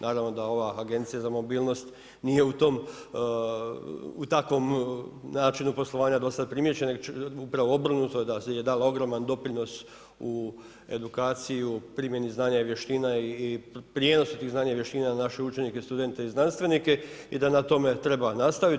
Naravno da ova Agencija za mobilnost nije u takvom načinu poslovanja do sad primijećena, upravo obrnuto, da je dala ogroman doprinos u edukaciju, primjeni znanja i vještina i prijenos tih znanja i vještina na naše učenike i studente i znanstvenike i da na tome treba nastaviti.